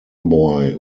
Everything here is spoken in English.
boy